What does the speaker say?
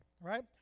right